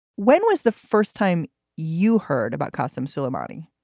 when was the first time you heard about kassim suleimani?